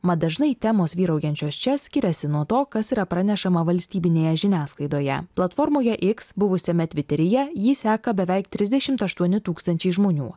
mat dažnai temos vyraujančios čia skiriasi nuo to kas yra pranešama valstybinėje žiniasklaidoje platformoje iks buvusiame tviteryje jį seka beveik trisdešimt aštuoni tūkstančiai žmonių